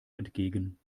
entgegen